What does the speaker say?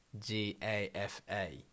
G-A-F-A